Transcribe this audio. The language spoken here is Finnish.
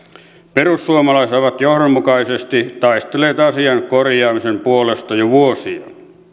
perussuomalaiset ovat johdonmukaisesti taistelleet asian korjaamisen puolesta jo vuosia